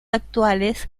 actuales